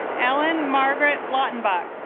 ellen margaret lawton box